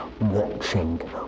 watching